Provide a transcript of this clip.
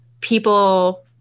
people